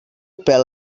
pèl